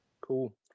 Cool